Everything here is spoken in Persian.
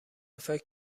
فکر